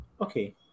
Okay